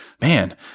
man